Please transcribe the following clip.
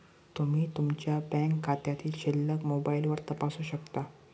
तुम्ही तुमच्या बँक खात्यातील शिल्लक मोबाईलवर तपासू शकता